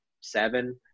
seven